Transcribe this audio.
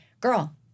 girl